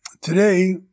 Today